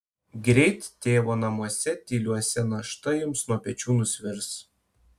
greit tėvo namuose tyliuose našta jums nuo pečių nusvirs